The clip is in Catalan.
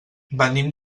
venim